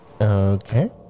Okay